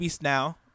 Now